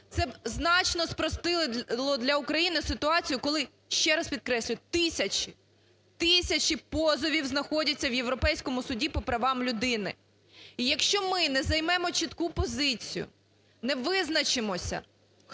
Це значно спростило б для України ситуацію, коли, ще раз підкреслюю, тисячі позовів знаходяться в Європейському суді по правам людини. І якщо ми не займемо чітку позицію, не визначимося, хто